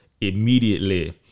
immediately